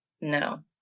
No